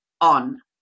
on